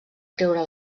treure